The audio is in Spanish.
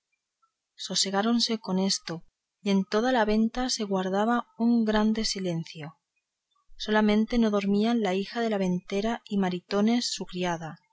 sosegáronse con esto y en toda la venta se guardaba un grande silencio solamente no dormían la hija de la ventera y maritornes